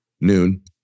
Noon